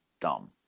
dumb